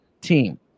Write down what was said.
team